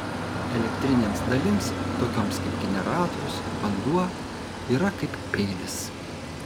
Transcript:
elektrinėms dalims tokioms kaip generatorius vanduo yra kaip peilis